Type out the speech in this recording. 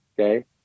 Okay